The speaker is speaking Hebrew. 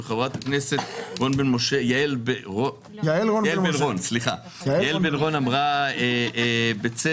וחברת הכנסת יעל רון בן משה אמרה בצדק,